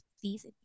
please